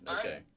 Okay